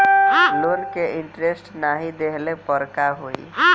Loan के interest नाही देहले पर का होई?